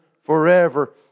forever